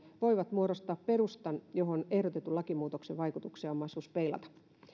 voivat muodostaa perustan johon ehdotetun lakimuutoksen vaikutuksia on mahdollista peilata